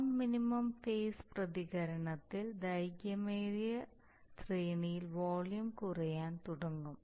non minimum phase പ്രതികരണത്തിൽ ദൈർഘ്യമേറിയ ശ്രേണിയിൽ വോളിയം കുറയാൻ തുടങ്ങും